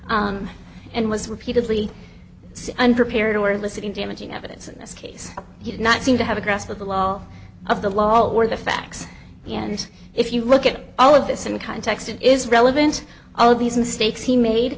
e and was repeatedly unprepared were listening damaging evidence in this case he did not seem to have a grasp of the law of the law or the facts and if you look at all of this in context it is relevant all these mistakes he made